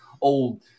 Old